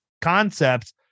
concepts